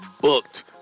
booked